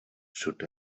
should